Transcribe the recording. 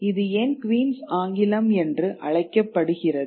இது ஏன் குயின்ஸ் ஆங்கிலம் என்று அழைக்கப்படுகிறது